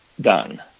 done